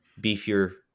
beefier